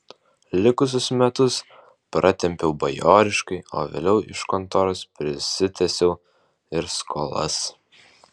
likusius metus pratempiau bajoriškai o vėliau iš kontoros prisiteisiau ir skolas